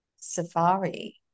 safari